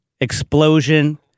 Explosion